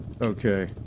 Okay